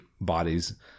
bodies